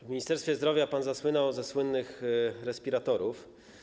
W Ministerstwie Zdrowia zasłynął pan ze słynnych respiratorów.